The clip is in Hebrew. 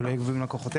ולא יגבו מלקוחותיהם.